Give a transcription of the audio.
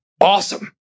awesome